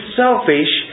selfish